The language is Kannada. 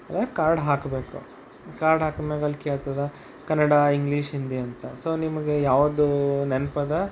ಆಗ ಕಾರ್ಡ್ ಹಾಕಬೇಕು ಕಾರ್ಡ್ ಹಾಕಿದ ಮ್ಯಾಗ ಅಲ್ಲಿ ಕೇಳ್ತದೆ ಕನ್ನಡ ಇಂಗ್ಲೀಷ್ ಹಿಂದಿ ಅಂತ ಸೊ ನಿಮಗೆ ಯಾವುದು ನೆನ್ಪಿದೆ